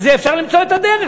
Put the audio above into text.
אז אפשר למצוא את הדרך,